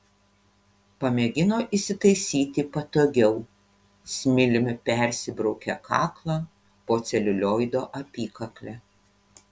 pamėgino įsitaisyti patogiau smiliumi persibraukė kaklą po celiulioido apykakle